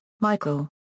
Michael